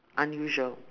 unusual